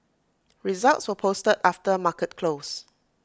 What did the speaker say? results were posted after market close